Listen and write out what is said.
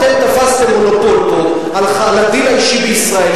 אתם תפסתם מונופול פה על הדין האישי בישראל,